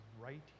right